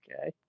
Okay